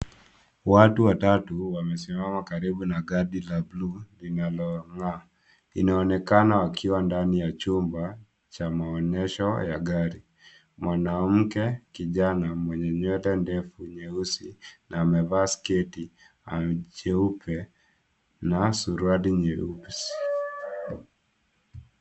Watu watatu wamesimama karibu na gari la buluu linalong'aa, inaonekana akiwa ndani ya chumba cha maonyesha ya gari. Mwanamke kijana mwenye nywele ndefu nyeusi na amevaa sketi jeupe na suruali nyeusi.